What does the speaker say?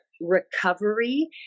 recovery